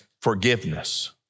forgiveness